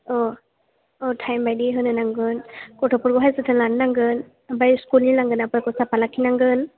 अ' अ' थाइम बायदि होनो नांगोन गथ'फोरखौहाय जोथोन लानो नांगोन ओमफ्राय स्कुलनि लांगोनाफोरखौ साफा लाखि नांगोन